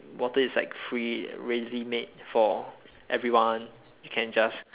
water is like free readily made for everyone you can just